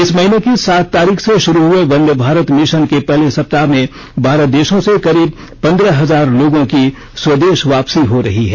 इस महीने की सात तारीख से शुरू हुए वंदेभारत मिशन के पहले सप्ताह में बारह देशों से करीब पंद्रह हजार लोगों की स्वदेश वापसी हो रही है